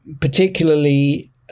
particularly